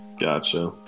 Gotcha